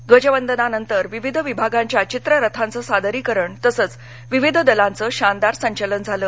ध्वजवंदनानंतर विविध विभागांच्या चित्ररथांचे सादरीकरण तसंच विविध दलांच शानदार संचलन झालं